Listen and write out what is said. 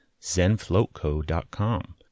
ZenFloatCo.com